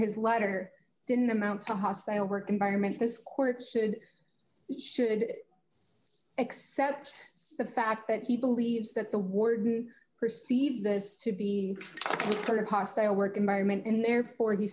his letter didn't amount to hostile work environment this court should should accept the fact that he believes that the word perceived as to be part of hostile work environment and therefore he